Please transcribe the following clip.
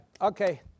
okay